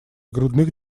грудных